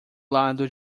lado